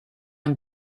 amb